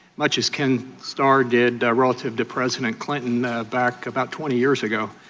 much as ken starr did relative to president clinton ah back about twenty years ago.